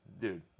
Dude